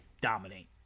dominate